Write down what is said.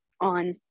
on